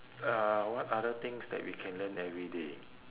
uh what other things that we can learn every day